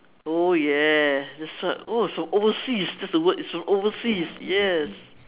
oh ya that's what oh so overseas that's the word it's from overseas yes